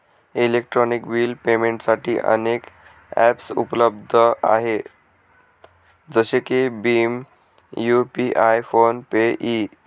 electronic bill पेमेंटसाठी अनेक ॲप्सउपलब्ध आहेत जसे की भीम यू.पि.आय फोन पे इ